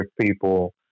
people